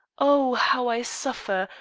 oh, how i suffer!